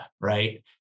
right